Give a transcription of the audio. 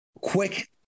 quick